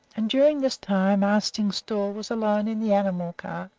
and during this time arstingstall was alone in the animal-car,